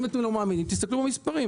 יש שם תשתיות אחרות.